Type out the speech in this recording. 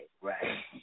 right